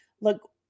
look